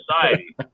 society